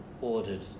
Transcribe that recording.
ordered